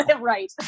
right